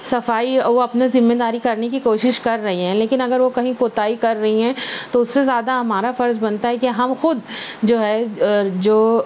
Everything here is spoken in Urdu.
صفائی وہ اپنے ذمہ داری کرنے کی کوشش کر رہی ہیں لیکن اگر وہ کہیں کوتاہی کر رہی ہیں تو اس سے زیادہ ہمارا فرض بنتا ہے کہ ہم خود جو ہے جو